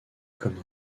comme